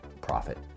profit